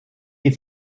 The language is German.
die